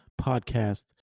podcast